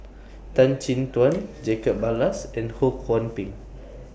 Tan Chin Tuan Jacob Ballas and Ho Kwon Ping